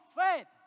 faith